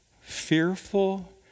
fearful